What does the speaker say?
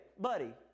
buddy